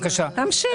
תמשיך.